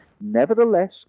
nevertheless